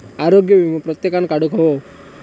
आरोग्य वीमो प्रत्येकान काढुक हवो